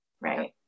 Right